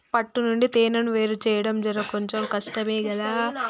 తేనే పట్టు నుండి తేనెను వేరుచేయడం జర కొంచెం కష్టమే గదా